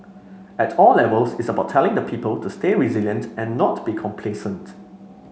at all levels it's about telling the people to stay resilient and not be complacent